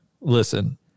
listen